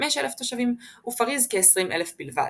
35,000 תושבים ופריז כ-20,000 בלבד.